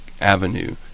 avenue